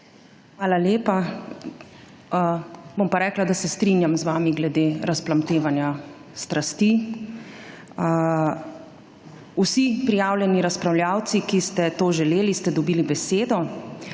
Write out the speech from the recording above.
Hvala lepa. Bom rekla, da se strinjam z vami glede razplamtevanja strasti. Vsi prijavljeni razpravljavci, ki ste to želeli, ste dobili besedo.